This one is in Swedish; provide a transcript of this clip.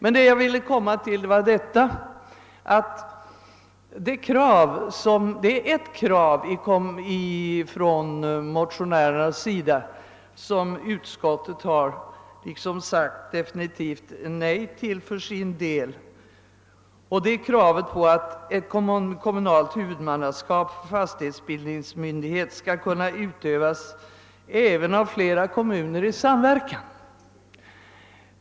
Vad jag ytterligare ville ta upp är det krav från motionärerna som man i utskottet definitivt har sagt nej till, nämligen kravet att ett kommunalt huvudmannaskap för fastighetsbildningsmyndighet skall kunna utövas även av flera kommuner i samverkan.